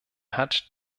hat